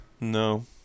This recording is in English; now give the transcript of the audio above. No